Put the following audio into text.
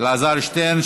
אלעזר שטרן,